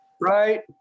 Right